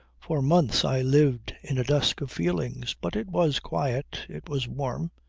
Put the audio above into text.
for months i lived in a dusk of feelings. but it was quiet. it was warm.